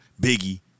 Biggie